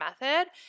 method